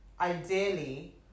ideally